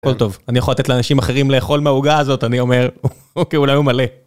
כל טוב, אני יכול לתת לאנשים אחרים לאכול מהעוגה הזאת, אני אומר, אוקיי, אולי הוא מלא.